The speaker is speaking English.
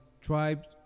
tribes